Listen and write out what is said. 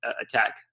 attack